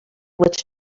which